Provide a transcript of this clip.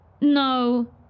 No